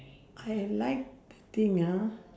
I like the thing ah